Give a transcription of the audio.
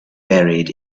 buried